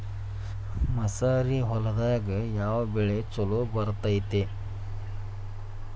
ಮಸಾರಿ ಹೊಲದಾಗ ಯಾವ ಬೆಳಿ ಛಲೋ ಬರತೈತ್ರೇ?